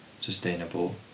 sustainable